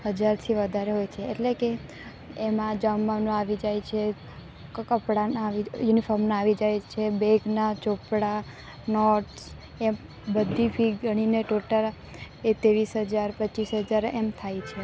હજારથી વધારે હોય છે એટલે કે એમાં જમવાનું આવી જાય છે ક કપડાનાં યુનિફોર્મનાં આવી જાય છે બેગનાં ચોપડા નોટ્સ એ બધી ફી ગણીને ટોટલ એ ત્રેવીસ હજાર પચ્ચીસ હજાર એમ થાય છે